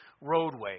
roadway